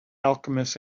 alchemist